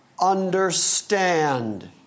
understand